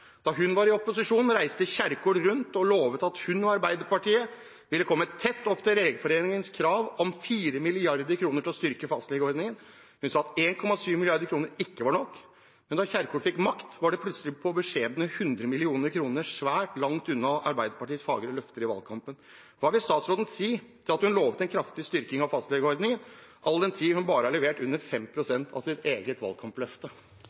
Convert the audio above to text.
Da hun var i opposisjon reiste Kjerkol rundt og lovet at hun og Arbeiderpartiet ville komme tett opp til Legeforeningens krav om 4 mrd. kr til å styrke fastlegeordningen. Hun sa at 1,7 mrd. kr ikke var nok. Men da Kjerkol fikk makt, var det plutselig på beskjedne 100 mill. kr – svært langt unna Arbeiderpartiets fagre løfter i valgkampen. Hva vil statsråden si til at hun lovet en kraftig styrking av fastlegeordningen all den tid hun bare har levert under 5 pst. av sitt eget valgkampløfte?